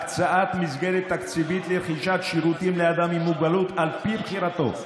הקצאת מסגרת תקציבית לרכישת שירותים לאדם עם מוגבלות על פי בחירתו,